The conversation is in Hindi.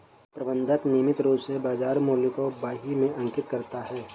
प्रबंधक नियमित रूप से बाज़ार मूल्य को बही में अंकित करता है